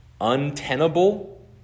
untenable